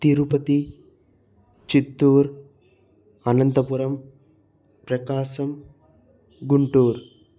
Tirupati Chittoor Anantapuram Prakasam Guntur